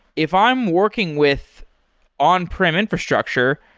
if i'm working with on-prem infrastructure,